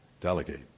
delegate